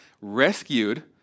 rescued